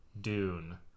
Dune